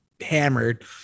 hammered